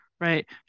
right